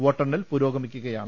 വോട്ടെണ്ണൽ പുരോഗമിക്കുകയാണ്